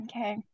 Okay